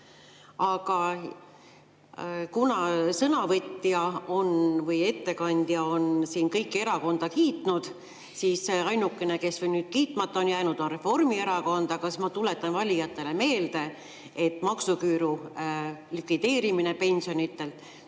Aga kuna ettekandja on siin kõiki erakondi kiitnud, kuid ainukene, kes on kiitmata jäänud, on Reformierakond, siis ma tuletan valijatele meelde, et maksuküüru likvideerimine pensionidelt